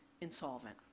insolvent